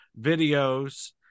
videos